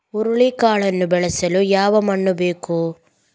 ಹುರುಳಿಕಾಳನ್ನು ಬೆಳೆಸಲು ಯಾವ ಮಣ್ಣು ಬೇಕು?